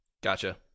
Gotcha